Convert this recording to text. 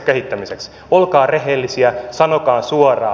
olkaa rehellisiä sanokaa suoraan